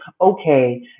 okay